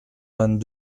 vingt